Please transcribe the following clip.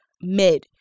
mid